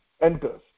enters